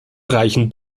reichen